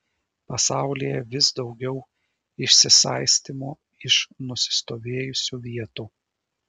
pasaulyje vis daugiau išsisaistymo iš nusistovėjusių vietų